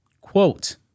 Quote